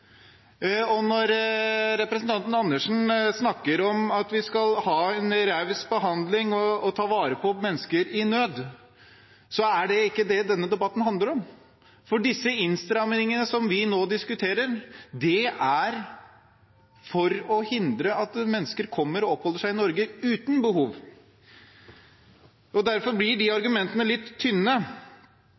asylsøkere. Når representanten Andersen snakker om at vi skal ha en raus behandling og ta vare på mennesker i nød, er det ikke det denne debatten handler om. De innstramningene vi nå diskuterer, er for å hindre at mennesker uten behov kommer til og oppholder seg i Norge. Derfor blir de argumentene litt tynne.